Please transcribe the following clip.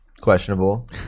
questionable